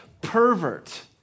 pervert